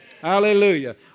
Hallelujah